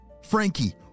Frankie